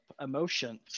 emotions